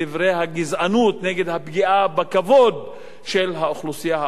נגד הפגיעה בכבוד של האוכלוסייה הערבית במדינה הערבית.